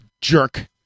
jerk